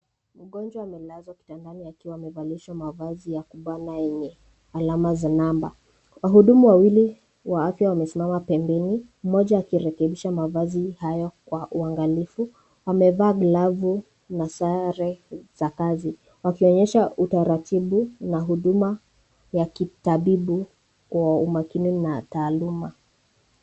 Mgonjwa amelazwa kitandani akiwa amevalishwa mavazi ya kubana yenye alama za namba. Wahudumu wawili wa afya wamesimama pembeni, mmoja akirekebisha mavazi hayo kwa uangalifu. Amevaa glavu na sare za kazi. Wakionyesha utaratibu na huduma ya kitabibu, kwa umakini na taaluma.